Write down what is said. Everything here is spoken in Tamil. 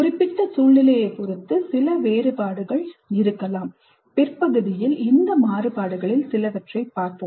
குறிப்பிட்ட சூழ்நிலையைப் பொறுத்து சில மாறுபாடுகள் இருக்கலாம் பிற்பகுதியில் இந்த மாறுபாடுகளில் சிலவற்றைப் பார்ப்போம்